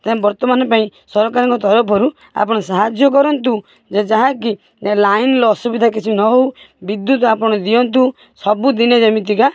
ବର୍ତ୍ତମାନ ପାଇଁ ସରକାରଙ୍କ ତରଫରୁ ଆପଣ ସାହାଯ୍ୟ କରନ୍ତୁ ଯାହାକି ଲାଇନ୍ର ଅସୁବିଧା କିଛି ନହଉ ବିଦ୍ୟୁତ ଆପଣ ଦିଅନ୍ତୁ ସବୁଦିନେ ଯେମିତିକା